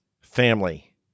family